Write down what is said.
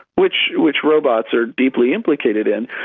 which which robots are deeply implicated in,